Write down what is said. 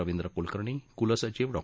रविंद्र कृलकर्णी कृलसचिव डॉ